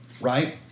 right